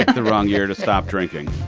the wrong year to stop drinking